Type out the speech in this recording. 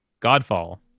Godfall